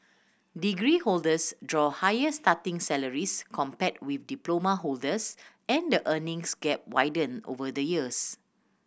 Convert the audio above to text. degree holders draw higher starting salaries compared with diploma holders and the earnings gap widen over the years